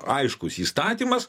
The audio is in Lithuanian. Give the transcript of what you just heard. aiškus įstatymas